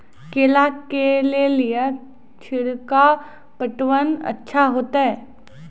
केला के ले ली छिड़काव पटवन अच्छा होते?